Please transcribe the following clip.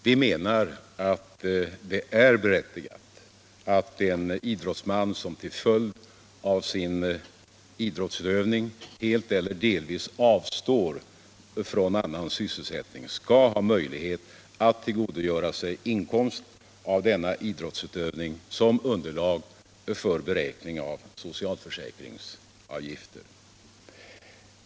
Vi menar att det är berättigat att en idrottsman som till följd av sin idrottsutövning helt eller delvis avstår från annan sysselsättning skall ha möjlighet att tillgodoräkna sig inkomst av denna idrottsutövning som underlag för beräkning av socialförsäkringsavgifter.